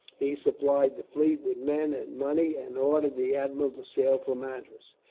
he supplied the fleet with men and money, and ordered the admiral to sail for madras.